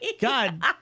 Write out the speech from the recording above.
God